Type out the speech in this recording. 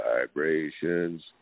vibrations